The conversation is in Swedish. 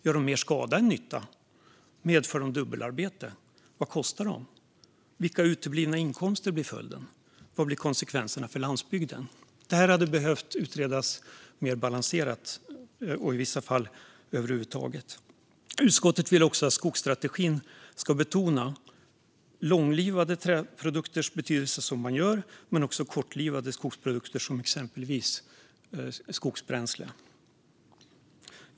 Gör de mer skada än nytta? Medför de dubbelarbete? Vad kostar de? Vilka uteblivna inkomster blir följden? Vad blir konsekvenserna för landsbygden? Detta hade behövt utredas mer balanserat och i vissa fall över huvud taget. Utskottet vill också att skogsstrategin ska betona inte bara långlivade träprodukters betydelse - vilket den gör - utan också betydelsen av kortlivade skogsprodukter, exempelvis skogsbränsle.